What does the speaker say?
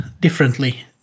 differently